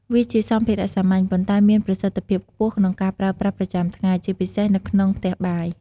វាជាសម្ភារៈសាមញ្ញ ប៉ុន្តែមានប្រសិទ្ធភាពខ្ពស់ ក្នុងការប្រើប្រាស់ប្រចាំថ្ងៃ ជាពិសេសនៅក្នុងផ្ទះបាយ។